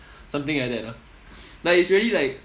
something like that ah like it's really like